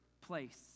place